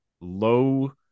low